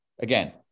again